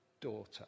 daughter